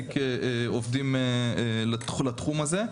להעסיק עובדים לתחום הזה.